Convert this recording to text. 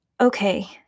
Okay